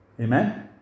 Amen